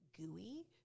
gooey